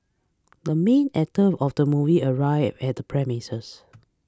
the main actor of the movie arrived at the premises